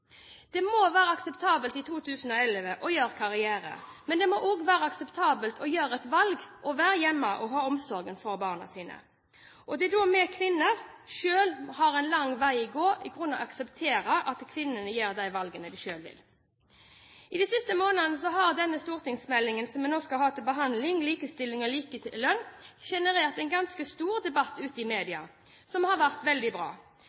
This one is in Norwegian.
Det må være akseptabelt i 2011 å gjøre karriere, men det må også være akseptabelt å gjøre et valg og være hjemme og ha omsorgen for barna sine. Det er da vi kvinner selv har en lang vei å gå for å kunne akseptere at kvinnene gjør de valgene de selv vil. I de siste månedene har den stortingsmeldingen som vi nå har til behandling, om likestilling og likelønn, generert en ganske stor debatt ute i media som har vært veldig bra.